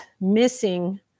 missing